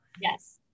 Yes